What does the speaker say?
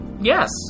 Yes